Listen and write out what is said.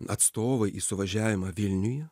atstovai į suvažiavimą vilniuje